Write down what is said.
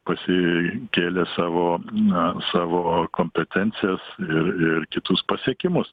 pasikėlė savo na savo kompetencijas ir ir kitus pasiekimus